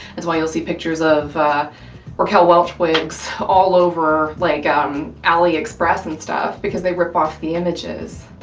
it's why you'll see pictures of raquel welch wigs all over like um aliexpress and stuff, because they rip off the images.